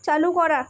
চালু করা